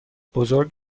بزرگ